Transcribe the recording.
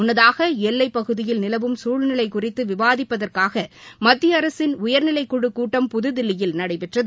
முன்னதாக எல்லை பகுதியில் நிலவும் சூழ்நிலை குறித்து விவாதிப்பதற்காக மத்திய அரசின் உயர்நிலை குழு கூட்டம் புதுதில்லியில் நடைபெற்றது